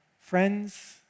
friends